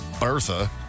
Bertha